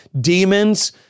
demons